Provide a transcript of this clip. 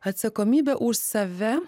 atsakomybę už save